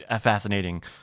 fascinating